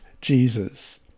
Jesus